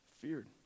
feared